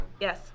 Yes